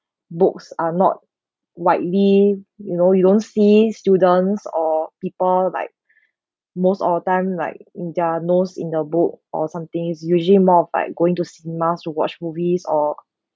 books are not widely you know you don't see students or people like most of the time like in their nose in a book or something is usually more of like going to cinema to watch movies or